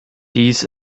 dies